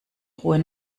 ruhe